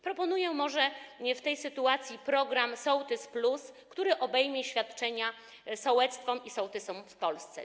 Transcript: Proponuję może w tej sytuacji program sołtys+, który obejmie świadczenia dla sołectw i sołtysów w Polsce.